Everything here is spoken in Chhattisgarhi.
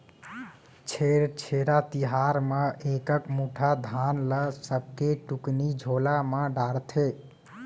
छेरछेरा तिहार म एकक मुठा धान ल सबके टुकनी झोला म डारथे